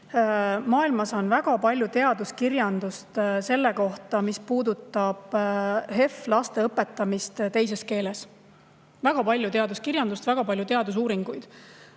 Maailmas on väga palju teaduskirjandust selle kohta, mis puudutab HEV‑laste õpetamist teises keeles – väga palju teaduskirjandust, väga palju teadusuuringuid.